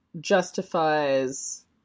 justifies